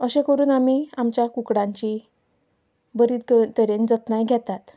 अशें करून आमी आमच्या कुकडांचीं बरे तरेन जतनाय घेतात